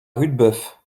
rudebeuf